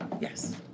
Yes